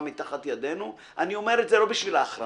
מתחת ידינו אני אומר את זה לא בשביל ההכרעה,